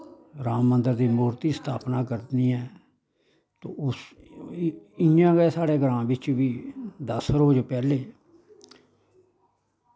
राम मंदर दी मू्रती स्थापना करनी ऐ तो इ'यां गै साढ़े ग्रांऽ बिच्च बी दस रोज पैह्लै